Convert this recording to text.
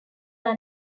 are